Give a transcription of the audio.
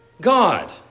God